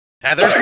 Heather